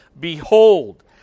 Behold